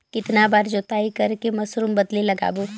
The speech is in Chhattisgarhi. कितन बार जोताई कर के मसूर बदले लगाबो?